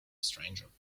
stranger